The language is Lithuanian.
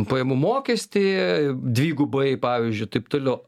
pajamų mokestį dvigubai pavyzdžiui taip toliau